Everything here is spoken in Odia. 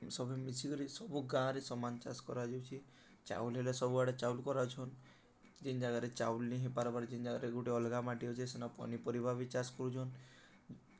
ସବୁ ମିଶିକରି ସବୁ ଗାଁରେ ସମାନ ଚାଷ୍ କରାଯାଉଛି ଚାଉଲ୍ ହେଲେ ସବୁଆଡ଼େ ଚାଉଲ୍ କରଛନ୍ ଯେନ୍ ଜାଗାରେ ଚାଉଲ୍ ନେଇଁ ହେଇପାରବାର୍ ଯେନ୍ ଜାଗାରେ ଗୋଟେ ଅଲଗା ମାଟି ଅଛେ ସେନା ପନିପରିବା ବି ଚାଷ୍ କରୁଛନ୍